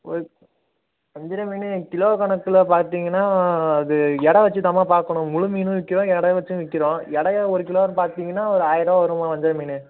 ஒரு வஞ்சிரம் மீன் கிலோ கணக்கில் பார்த்தீங்கன்னா அது எடை வெச்சு தாம்மா பார்க்கணும் முழு மீனும் கிலோ எடை வெச்சு விற்கிறோம் எடையாக ஒரு கிலோன்னு பார்த்தீங்கன்னா ஒரு ஆயிரம் ரூபா வரும்மா வஞ்சிரம் மீன்